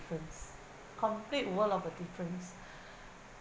difference complete world of a difference